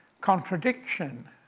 contradiction